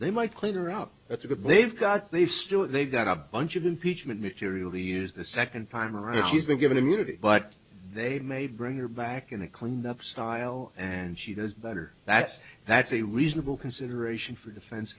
they might clear out that's a good they've got they've still they've got a bunch of impeachment material to use the second time around she's been given immunity but they may bring her back in a cleanup style and she does better that's that's a reasonable consideration for defense